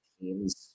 teams